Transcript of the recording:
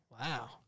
Wow